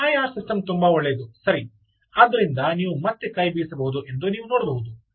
PIR system ತುಂಬಾ ಒಳ್ಳೆಯದು ಸರಿ ಆದ್ದರಿಂದ ನೀವು ಮತ್ತೆ ಕೈ ಬೀಸಬಹುದು ಎಂದು ನೀವು ನೋಡಬಹುದು